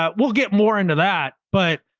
um we'll get more into that. but,